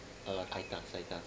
err I_T_A_S I_T_A_S